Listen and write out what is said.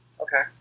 Okay